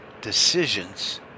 decisions